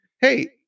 Hey